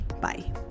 Bye